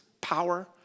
power